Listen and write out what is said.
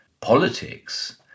politics